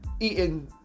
eating